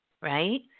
right